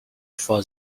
for